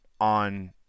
on